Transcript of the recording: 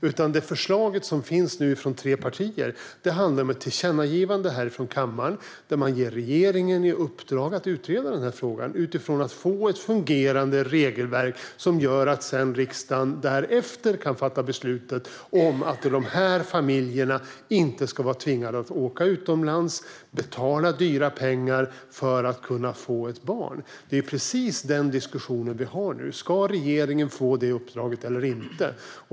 Men det förslag som nu finns från tre partier handlar om ett tillkännagivande från riksdagen där vi ger regeringen i uppdrag att utreda den här frågan för att få fram ett fungerande regelverk som gör att riksdagen därefter kan fatta beslut om att dessa familjer inte ska vara tvingade att åka utomlands och betala dyrt för att kunna få ett barn. Det är den diskussionen vi har nu: Ska regeringen få detta uppdrag eller inte?